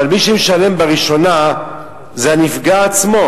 אבל מי שמשלם בראשונה זה הנפגע עצמו,